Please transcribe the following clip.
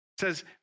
Says